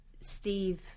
Steve